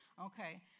okay